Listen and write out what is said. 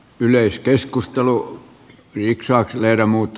yleiskeskustelua siitä saa lyödä muut